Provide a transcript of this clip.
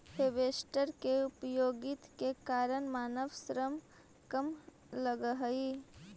harvester के उपयोगिता के कारण मानव श्रम कम लगऽ हई